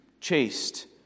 chaste